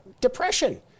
depression